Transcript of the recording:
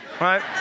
right